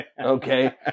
Okay